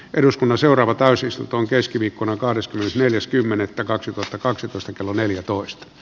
eduskunnan seuraava täysistuntoon keskiviikkona kahdeskymmenesneljäs kymmenettä kaksituhattakaksitoista kello neljätoista